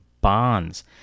bonds